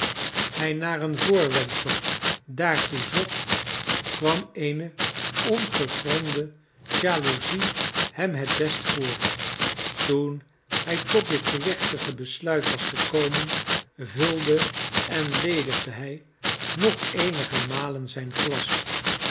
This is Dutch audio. hij naar een voorwendsel daartoe zocht kwam eene ongegronde jaloezie hem het beste voor toen hij tot dit gewichtige besluit was gekomen vulde en ledigde hij nog eenige malen zijn glas